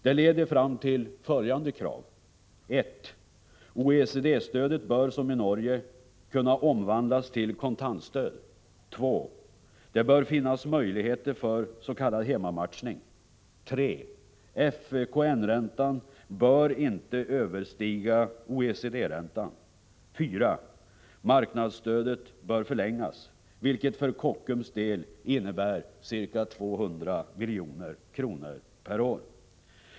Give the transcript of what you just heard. Det leder fram till följande krav OECD-stödet bör som i Norge kunna omvandlas till kontantstöd. Det bör finnas möjligheter för s.k. hemmamatchning. FKN-räntan bör inte överstiga OECD-räntan. Marknadsstödet bör förlängas, vilket för Kockums del innebär ca 200 milj.kr. per år.